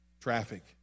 Traffic